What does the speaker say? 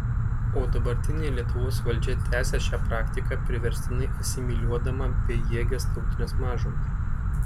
o dabartinė lietuvos valdžia tęsia šią praktiką priverstinai asimiliuodama bejėges tautines mažumas